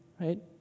right